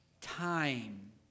Time